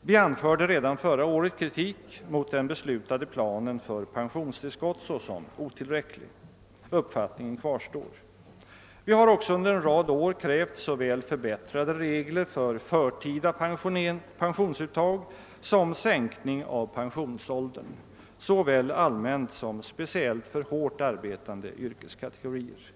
Vi anförde redan förra året kritik mot den beslutade planen för pensionstillskott såsom otillräcklig. Uppfattningen kvarstår. Vi har också under en rad år krävt såväl förbättrade regler för förtida pensionsuttag som sänkning av pensionsåldern både allmänt och specielit för hårt arbetande yrkeskategorier.